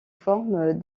forme